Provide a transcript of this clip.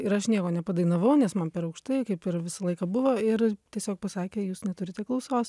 ir aš nieko nepadainavau nes man per aukštai kaip ir visą laiką buvo ir tiesiog pasakė jūs neturite klausos